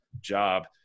job